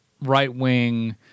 right-wing